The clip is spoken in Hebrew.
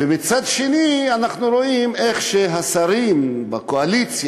ומצד שני אנחנו רואים איך השרים בקואליציה